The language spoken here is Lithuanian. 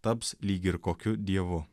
taps lyg ir kokiu dievu